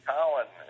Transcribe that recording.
Colin